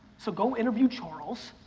so go interview charles,